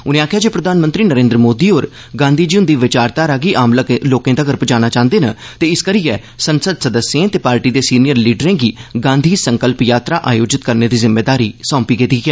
उनें आखेआ जे प्रधानमंत्री नरेन्द्र मोदी होर गांधी जी हुंदी विचारघारा गी आम लोकें तगर पुजाना चांहदे न ते इसकरियै संसद सदस्ये ते पार्टी दे सीनियर लीडरें गी गांधी संकल्प यात्रा आयोजित करने दी जिम्मेदारी सौंपी गेई ऐ